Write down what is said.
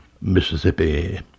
Mississippi